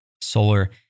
Solar